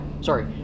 Sorry